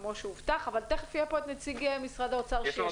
כמו שהובטח אבל תכף יהיה פה נציג משרד האוצר שישיב לדברים.